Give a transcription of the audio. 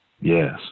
Yes